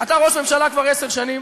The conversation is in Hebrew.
אתה ראש ממשלה כבר עשר שנים,